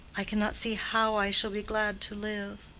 i cannot see how i shall be glad to live.